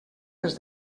les